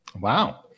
Wow